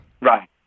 Right